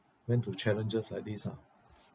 went to challenges like this ah